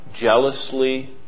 jealously